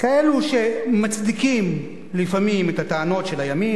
כאלה שמצדיקים לפעמים את הטענות של הימין,